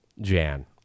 jan